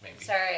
Sorry